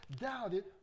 doubted